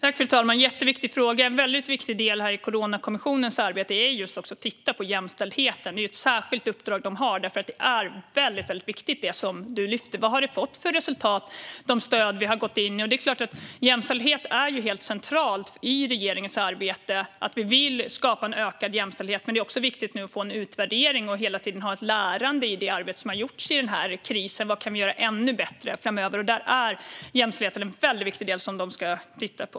Fru talman! Detta är en jätteviktig fråga. En väldigt viktig del i Coronakommissionens arbete är just att titta på jämställdheten. Det är ett särskilt uppdrag som den har. Det som du lyfter fram, Helena Vilhelmsson, är nämligen väldigt viktigt. Vilka resultat har de stöd som vi har gått in med fått? Det är klart att jämställdheten är helt central i regeringens arbete. Vi vill skapa ökad jämställdhet. Men det är också viktigt att nu få en utvärdering och hela tiden ha ett lärande i fråga om det arbete som har gjorts i denna kris. Vad kan vi göra ännu bättre framöver? Där är jämställdheten en väldigt viktig del som Coronakommissionen ska titta på.